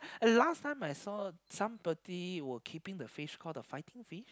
and last time I saw somebody were keeping the fish call the fighting fish